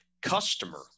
customer